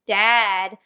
dad